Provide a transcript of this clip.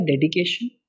dedication